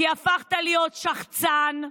כי הפכת להיות שחצן.